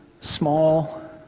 small